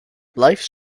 lifes